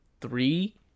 three